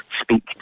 speak